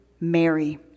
Mary